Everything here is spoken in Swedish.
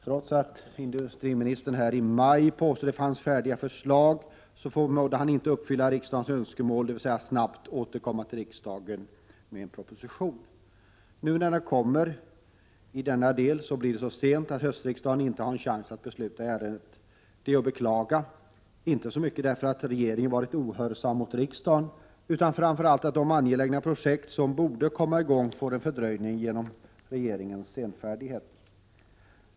Trots att industriministern i maj påstod att det fanns färdiga förslag, förmådde han inte uppfylla riksdagens önskemål om att snabbt återkomma till riksdagen med en proposition. Nu kom propositionen i denna del så sent — Prot. 1987/88:45 att höstriksdagen inte har en chans att besluta i ärendet. Det är att beklaga, 15 december 1987 inte så mycket för att regeringen varit ohörsam mot riksdagen, utan framför = allt för att de angelägna projekt som borde komma i gång får en fördröjning genom regeringens senfärdighet.